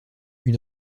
une